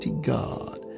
God